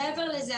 מעבר לזה,